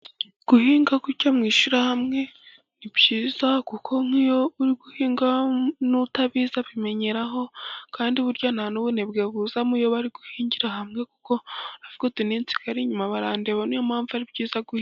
Guhinga gutya mu ishyirahamwe ni byiza kuko nk'iyo uri guhinga n'utabizabizi abimenyeraho. Kandi burya nta n'ubunebwe buzamo iyo muri guhingira hamwe, kuko uvuga uti ninsigara inyuma barandeba. Niyo mpamvu ari byiza guhingira hamwe.